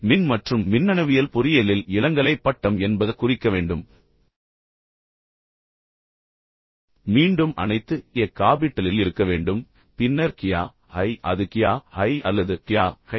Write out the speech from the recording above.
மின் மற்றும் மின்னணுவியல் பொறியியலில் இளங்கலை பட்டம் என்பத குறிக்க வேண்டும் மீண்டும் அனைத்து E காபிட்டலில் இருக்க வேண்டும் பின்னர் கியா ஹை அது கியா ஹை அல்லது க்யா ஹை